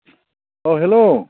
औ हेलौ